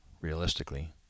realistically